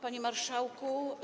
Panie Marszałku!